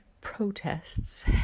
protests